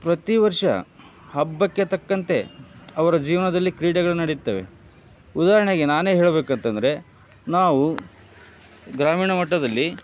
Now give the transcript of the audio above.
ಪ್ರತಿ ವರ್ಷ ಹಬ್ಬಕ್ಕೆ ತಕ್ಕಂತೆ ಅವರ ಜೀವನದಲ್ಲಿ ಕ್ರೀಡೆಗಳು ನಡೆಯುತ್ತವೆ ಉದಾಹರಣೆಗೆ ನಾನೇ ಹೇಳ್ಬೇಕಂತಂದರೆ ನಾವು ಗ್ರಾಮೀಣ ಮಟ್ಟದಲ್ಲಿ